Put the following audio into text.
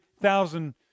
thousand